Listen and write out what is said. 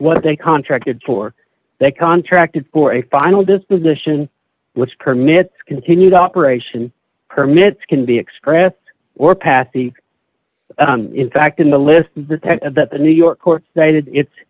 what they contracted for they contracted for a final disposition which permits continued operation permits can be expressed or past the in fact in the list of the ten that the new york court stated it's